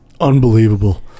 unbelievable